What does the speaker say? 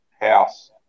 house